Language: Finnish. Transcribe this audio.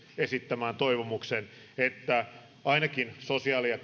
esittämään toivomuksen että ainakin sosiaali ja